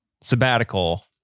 sabbatical